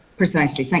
precisely. thank